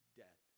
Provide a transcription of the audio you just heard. dead